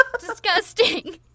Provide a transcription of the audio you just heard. Disgusting